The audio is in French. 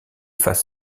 faces